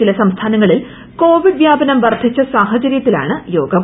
ചില സംസ്ഥാനങ്ങളിൽ കോവിഡ് വ്യാപനം വർദ്ധിച്ച സാഹചര്യത്തിലാണ് യോഗം